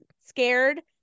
scared